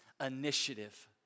initiative